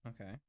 Okay